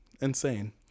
Insane